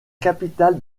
capitale